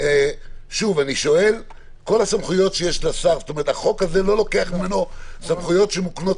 כל הסמכויות שיש לשר החוק הזה לא לוקח ממנו סמכויות שמוקנות